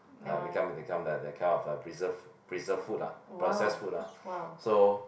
ah become become that that kind of a preserve preserve food ah process food ah so